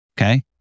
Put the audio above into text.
Okay